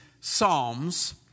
psalms